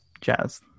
jazz